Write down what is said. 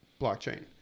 blockchain